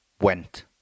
went